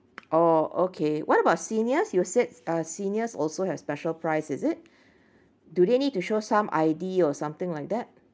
oh okay what about seniors you said uh seniors also have special price is it do they need to show some I_D or something like that